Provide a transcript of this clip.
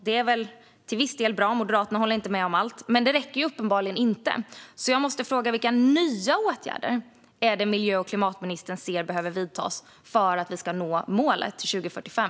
Det är väl till viss del bra - Moderaterna håller inte med om allt. Men det räcker uppenbarligen inte. Därför måste jag fråga: Vilka nya åtgärder anser miljö och klimatministern behöver vidtas för att vi ska nå målet till 2045?